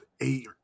eight